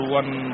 one